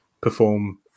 perform